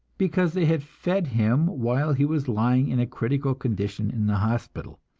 because they had fed him while he was lying in a critical condition in the hospital.